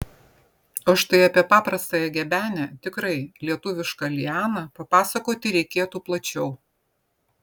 o štai apie paprastąją gebenę tikrai lietuvišką lianą papasakoti reikėtų plačiau